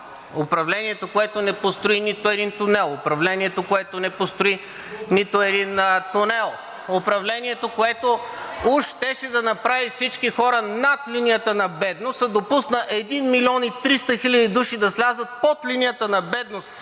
управлението, което не построи и един метър магистрала. Управлението, което не построи нито един тунел. Управлението, което уж щеше да направи всички хора над линията на бедност, а допусна 1 милион и 300 хиляди души да слязат под линията на бедност